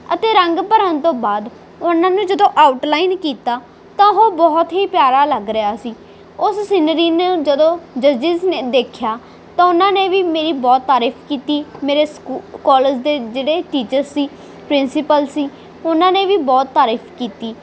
ਅਤੇ ਰੰਗ ਭਰਨ ਤੋਂ ਬਾਅਦ ਉਹਨਾਂ ਨੂੰ ਜਦੋਂ ਆਊਟਲਾਈਨ ਕੀਤਾ ਤਾਂ ਉਹ ਬਹੁਤ ਹੀ ਪਿਆਰਾ ਲੱਗ ਰਿਹਾ ਸੀ ਉਸ ਸਿਨਰੀ ਨੂੰ ਜਦੋਂ ਜਿਸ ਨੇ ਦੇਖਿਆ ਤਾਂ ਉਹਨਾਂ ਨੇ ਵੀ ਮੇਰੀ ਬਹੁਤ ਤਾਰੀਫ ਕੀਤੀ ਮੇਰੇ ਸਕੂ ਕੋਲਜ ਦੇ ਜਿਹੜੇ ਟੀਚਰ ਸੀ ਪ੍ਰਿੰਸੀਪਲ ਸੀ ਉਹਨਾਂ ਨੇ ਵੀ ਬਹੁਤ ਤਾਰੀਫ ਕੀਤੀ